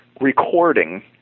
recording